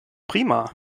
prima